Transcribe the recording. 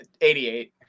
88